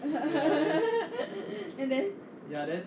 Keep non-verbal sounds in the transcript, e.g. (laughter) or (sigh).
(laughs) and then